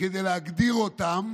כדי להגדיר אותם,